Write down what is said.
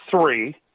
three